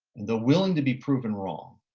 the willing to be proven wrong.